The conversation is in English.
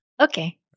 Okay